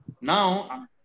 Now